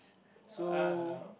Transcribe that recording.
so